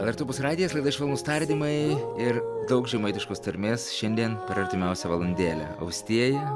lrt opus radijas laida švelnūs tardymai ir daug žemaitiškos tarmės šiandien per artimiausią valandėlę austėja